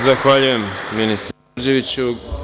Zahvaljujem, ministre Đorđeviću.